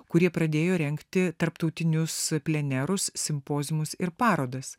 kurie pradėjo rengti tarptautinius plenerus simpoziumus ir parodas